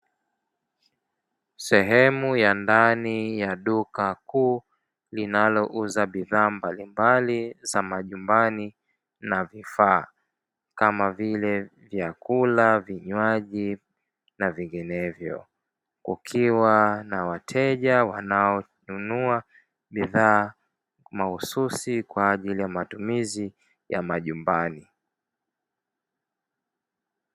Sehemu ya ndani ya duka kuu linalouza bidhaa mbalimbali za majumbani na vifaa, kama vile vyakula, vinywaji, na vinginevyo, ukiwa na wateja wanaonunua bidhaa mahususi kwa ajili ya matumizi ya majumbani.